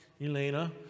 Elena